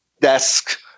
desk